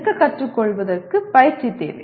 நிற்க கற்றுக்கொள்வது பயிற்சி தேவை